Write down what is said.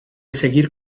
seguir